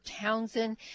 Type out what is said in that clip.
Townsend